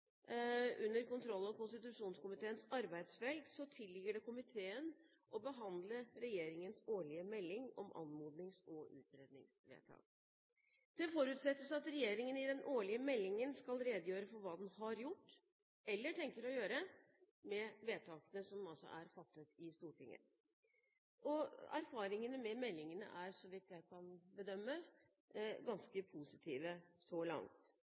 under kontroll- og konstitusjonskomiteens arbeidsfelt tilligger det komiteen å behandle regjeringens årlige melding om anmodnings- og utredningsvedtak. Det forutsettes at regjeringen i den årlige meldingen skal redegjøre for hva den har gjort, eller tenker å gjøre, med vedtakene som altså er fattet i Stortinget. Erfaringene med meldingene, er så vidt jeg kan bedømme, ganske positive så langt.